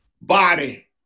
body